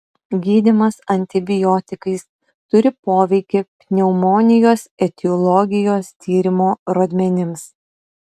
gydymas antibiotikais turi poveikį pneumonijos etiologijos tyrimo rodmenims